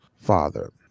father